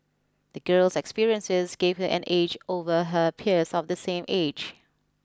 the girl's experiences gave her an edge over her peers of the same age